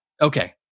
Okay